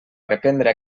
reprendre